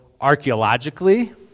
archaeologically